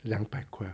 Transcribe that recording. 两百块